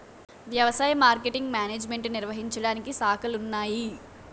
వ్యవసాయ marketing management నిర్వహించడానికి శాఖలున్నాయి